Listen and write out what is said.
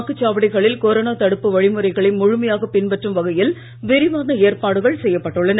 வாக்குச்சாவடிகளில் கொரோனா தடுப்பு வழிமுறைகளை முழுமையாக பின்பற்றும் வகையில் விாிவான ஏற்பாடுகள் செய்யப்பட்டுள்ளன